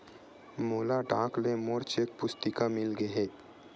मोला डाक ले मोर चेक पुस्तिका मिल गे हे